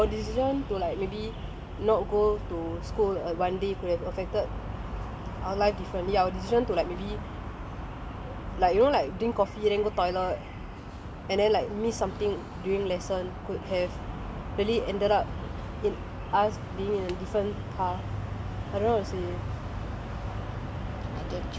so like maybe our decision to like maybe not go to school err one day could have affected our life differently our decision to like maybe like you know like drink coffee then go toilet and then like miss something during lesson could have really ended up in us being in a different path I don't how to say